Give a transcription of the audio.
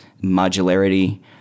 Modularity